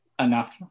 enough